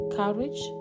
courage